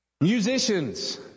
Musicians